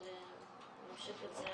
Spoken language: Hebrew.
אבל נמשיך את זה